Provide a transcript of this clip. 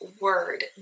word